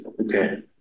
Okay